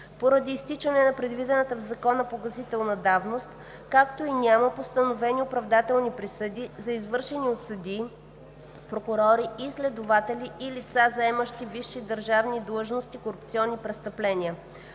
поради изтичане на предвидената в закона погасителна давност, както и няма постановени оправдателни присъди за извършени от съдии, прокурори и следователи и лица, заемащи висши държавни длъжности корупционни престъпления.